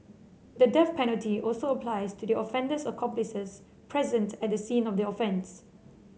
the death penalty also applies to the offender's accomplices present at the scene of the offence